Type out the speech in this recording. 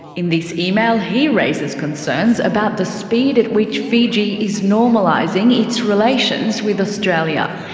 in this email he raises concerns about the speed at which fiji is normalising its relations with australia.